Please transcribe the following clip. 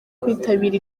kwitabira